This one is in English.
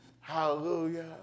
Hallelujah